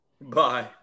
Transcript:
Bye